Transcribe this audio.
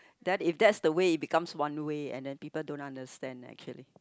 that is that's the way becomes one way and then people don't understand actually